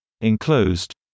enclosed